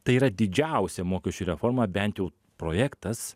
tai yra didžiausia mokesčių reforma bent jau projektas